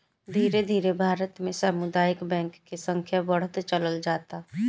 धीरे धीरे भारत में सामुदायिक बैंक के संख्या बढ़त चलल जाता